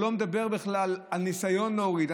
הוא בכלל לא מדבר על ניסיון להוריד.